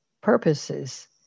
purposes